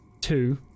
Two